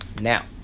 Now